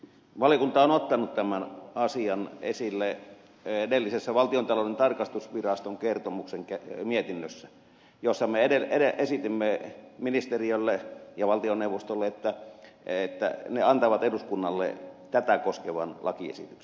valiokunta on ottanut tämän asian esille edellisessä valtiontalouden tarkastusviraston kertomuksen mietinnössä jossa me esitimme ministeriölle ja valtioneuvostolle että ne antavat eduskunnalle tätä koskevan lakiesityksen